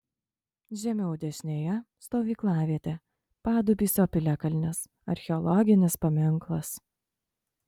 žemiau dešinėje stovyklavietė padubysio piliakalnis archeologinis paminklas